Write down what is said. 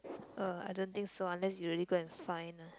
uh I don't think so unless you really go and find ah